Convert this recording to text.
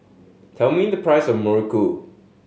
tell me the price of muruku